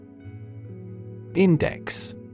Index